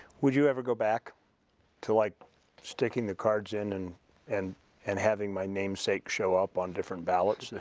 would you ever go back to like sticking the cards in and and and having my name sake show up on different ballots,